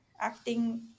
acting